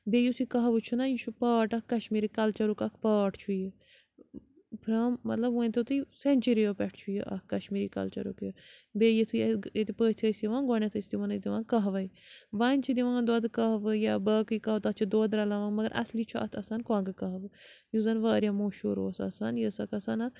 بیٚیہِ یُتھ یہِ کَہوٕ چھُنَہ یہِ چھُ پاٹ اَکھ کشمیٖری کَلچَرُک اَکھ پاٹ چھُ یہِ فرٛام مطلب مٲنۍ تو تُہۍ سٮ۪نچِرِیو پٮ۪ٹھ چھُ یہِ اَکھ کَشمیٖری کَلچَرُک یہِ بیٚیہِ یُتھُے أسۍ ییٚتہِ پٔژھۍ ٲسۍ یِوان گۄڈٕ نٮ۪تھ ٲسۍ تِمَن أسۍ دِوان کَہوَے وَنۍ چھِ دِوان دۄدٕ کَہوٕ یا باقٕے کہوٕ تَتھ چھِ دۄد رَلاوان مگر اَصلی چھُ اَتھ آسان کۄنٛگہٕ کہوٕ یُس زَن واریاہ موشوٗر اوس آسان یہِ ٲس اَکھ آسان اَکھ